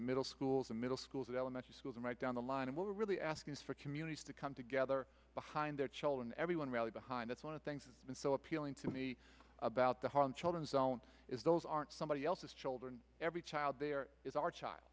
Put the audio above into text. middle schools and middle schools elementary schools are right down the line and what we're really asking is for communities to come together behind their children everyone rally behind that's one of things and so appealing to me about the harlem children's zone is those aren't somebody else's children every child there is our child